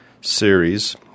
series